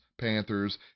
Panthers